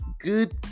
good